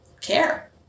care